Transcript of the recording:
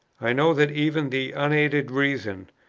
i know that even the unaided reason,